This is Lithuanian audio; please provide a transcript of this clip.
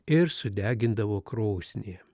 ir sudegindavo krosnyje